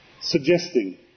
suggesting